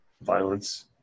violence